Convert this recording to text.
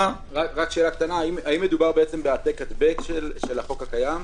האם מדובר בהעתק-הדבק של החוק הקיים?